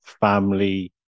family